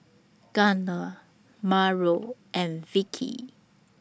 Gardner Mauro and Vickie